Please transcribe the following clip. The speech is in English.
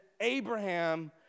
Abraham